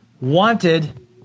wanted